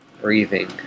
breathing